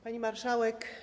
Pani Marszałek!